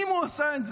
אם הוא עשה את זה.